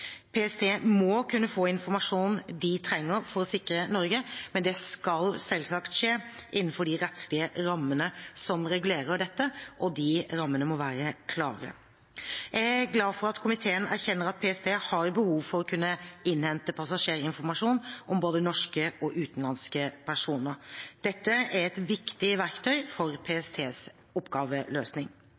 PST må kunne få informasjonen de trenger for å sikre Norge, men det skal selvsagt skje innenfor de rettslige rammene som regulerer dette, og de rammene må være klare. Jeg er glad for at komiteen erkjenner at PST har behov for å kunne innhente passasjerinformasjon om både norske og utenlandske personer. Dette er et viktig verktøy for PSTs oppgaveløsning.